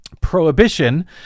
prohibition